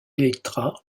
elektra